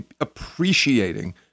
appreciating